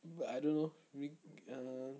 but I don't know mayb~ err